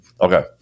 Okay